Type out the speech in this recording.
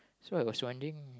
so I was wondering